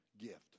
gift